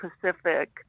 Pacific